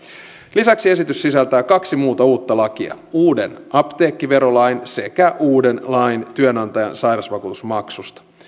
lisäksi esitys sisältää kaksi muuta uutta lakia uuden apteekkiverolain sekä uuden lain työnantajan sairasvakuutusmaksusta